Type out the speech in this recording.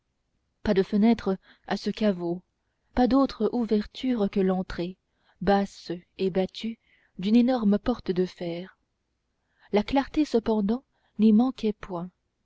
pas de fenêtre à ce caveau pas d'autre ouverture que l'entrée basse et battue d'une énorme porte de fer la clarté cependant n'y manquait point